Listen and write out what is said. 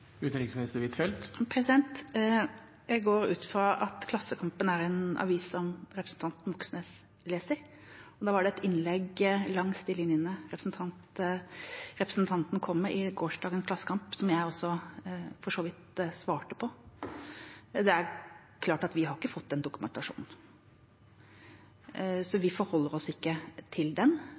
Jeg går ut fra at Klassekampen er en avis som representanten Moxnes leser. Det var et innlegg langs de linjene representanten kom med, i gårsdagens Klassekampen, som jeg også for så vidt svarte på. Det er klart at vi har ikke fått den dokumentasjonen, så vi forholder oss ikke til den.